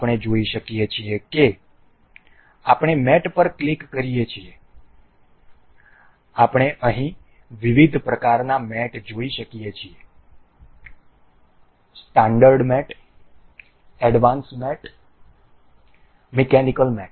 આપણે જોઈ શકીએ છીએ કે આપણે મેટ પર ક્લિક કરીએ છીએ આપણે અહીં વિવિધ પ્રકારનાં મેટ જોઈ શકીએ છીએ standard mat advance mat mechanical mat